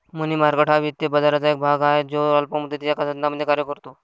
मनी market हा वित्तीय बाजाराचा एक भाग आहे जो अल्प मुदतीच्या साधनांमध्ये कार्य करतो